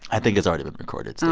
i think it's already been recorded, so